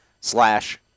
slash